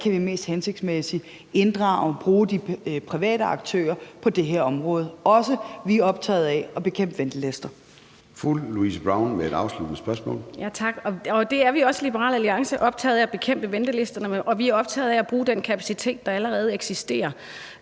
vi mest hensigtsmæssigt kan inddrage og bruge de private aktører på det her område, og vi er også optaget af at bekæmpe ventelister. Kl. 13:38 Formanden (Søren Gade): Fru Louise Brown med et afsluttende spørgsmål. Kl. 13:38 Louise Brown (LA): Tak. Vi er i Liberal Alliance også optaget af at bekæmpe ventelisterne, og vi er optaget af at bruge den kapacitet, der allerede eksisterer,